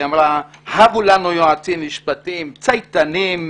היא אמרה: "הבו לנו יועצים משפטיים צייתנים,